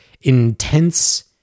intense